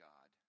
God